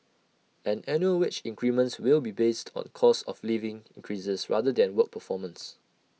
and annual wage increments will be based on cost of living increases rather than work performance